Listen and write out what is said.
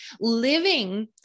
living